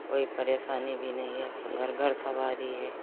कोई परेशानी भी नहीं है घर घर सवारी है